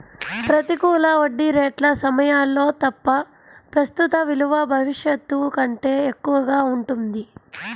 ప్రతికూల వడ్డీ రేట్ల సమయాల్లో తప్ప, ప్రస్తుత విలువ భవిష్యత్తు కంటే ఎక్కువగా ఉంటుంది